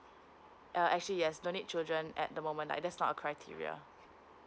uh actually yes no need children at the moment like that's not a criteria